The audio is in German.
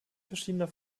verschiedener